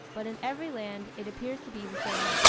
but in every land, it appears to be the same.